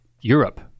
Europe